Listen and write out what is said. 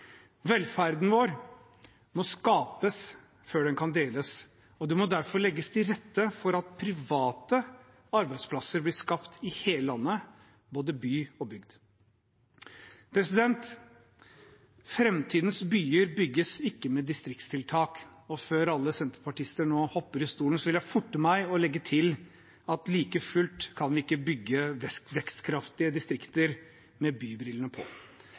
Velferden vår må skapes før den kan deles. Det må derfor legges til rette for at private arbeidsplasser blir skapt i hele landet, i både by og bygd. Framtidens byer bygges ikke med distriktstiltak, og før alle senterpartister nå hopper i stolen, vil jeg forte meg å legge til at like fullt kan vi ikke bygge vekstkraftige distrikter med bybrillene på.